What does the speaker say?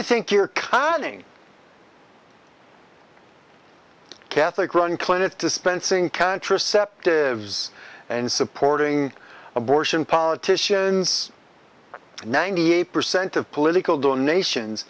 you think you're counting catholic run clinics dispensing contraceptives and supporting abortion politicians ninety eight percent of political donations